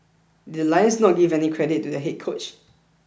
did the Lions not give any credit to their head coach